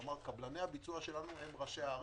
כלומר קבלני הביצוע שלנו הם ראשי הערים,